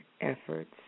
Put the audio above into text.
efforts